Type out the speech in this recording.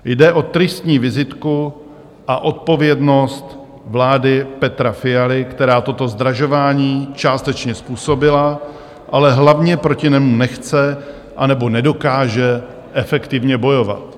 Jde o tristní vizitku a odpovědnost vlády Petra Fialy, která toto zdražování částečně způsobila, ale hlavně proti němu nechce anebo nedokáže efektivně bojovat.